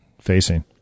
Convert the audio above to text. facing